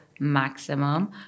maximum